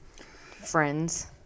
...friends